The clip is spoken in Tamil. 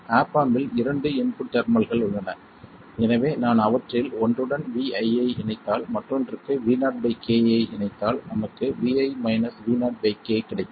ஆப் ஆம்ப் இல் இரண்டு இன்புட் டெர்மினல்கள் உள்ளன எனவே நான் அவற்றில் ஒன்றுடன் Vi ஐ இணைத்தால் மற்றொன்றுக்கு Vo k ஐ இணைத்தால் நமக்கு Vi Vo k கிடைக்கும்